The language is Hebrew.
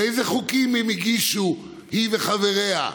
איזה חוקים הם הגישו, היא וחבריה,